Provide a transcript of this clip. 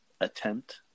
attempt